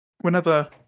whenever